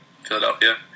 Philadelphia